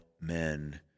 men